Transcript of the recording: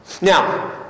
Now